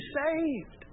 saved